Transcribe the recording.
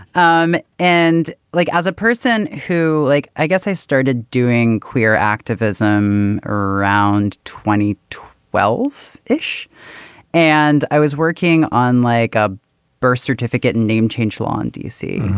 um and like as a person who like i guess i started doing queer activism around twenty twelve ish and i was working on like a birth certificate named change law in d c.